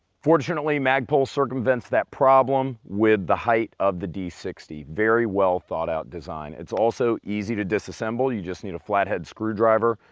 fortunately, magpul circumvents that problem with the height of the d sixty. very well thought out design, it's also easy to disassemble, you just need a flat-head screwdriver.